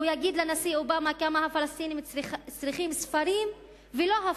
הוא יגיד לנשיא אובמה כמה הפלסטינים צריכים ספרים ולא הפצצות,